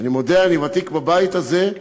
אני מודה, אני ותיק בבית הזה,